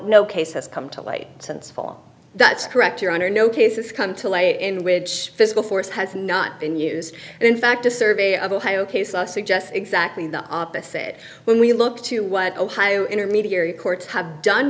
no case has come to light since fall that's correct your honor no cases come to light in which physical force has not been used and in fact a survey of ohio case law suggests exactly the opposite when we look to what ohio intermediary courts have done